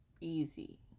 Easy